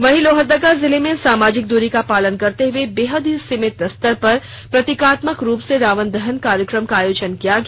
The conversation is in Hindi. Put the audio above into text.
वहीं लोहरदगा जिले में सामाजिक दूरी का पालन करते हुए बेहद ही सीमित स्तर पर प्रतीकात्मक रूप से रावण दहन कार्यक्रम का आयोजन किया गया